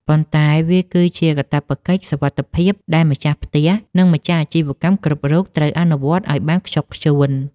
ប៉ុន្តែវាគឺជាកាតព្វកិច្ចសុវត្ថិភាពដែលម្ចាស់ផ្ទះ និងម្ចាស់អាជីវកម្មគ្រប់រូបត្រូវអនុវត្តឱ្យបានខ្ជាប់ខ្ជួន។